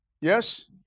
Yes